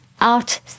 out